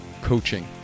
coaching